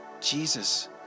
Jesus